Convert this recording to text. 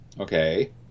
okay